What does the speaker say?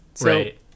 Right